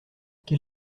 quel